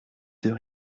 deux